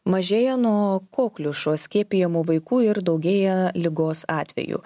mažėja nuo kokliušo skiepijamų vaikų ir daugėja ligos atvejų